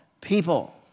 people